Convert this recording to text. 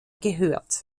gehört